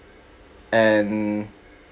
and